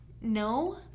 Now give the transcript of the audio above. No